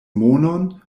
monon